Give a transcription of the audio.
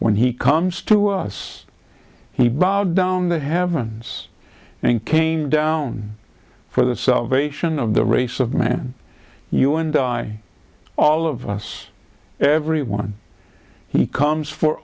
when he comes to us he bowed down the heavens and came down for the salvation of the race of man you and i all of us everyone he comes for